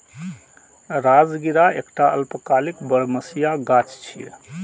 राजगिरा एकटा अल्पकालिक बरमसिया गाछ छियै